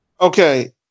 Okay